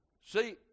See